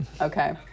Okay